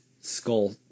skull